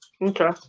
Okay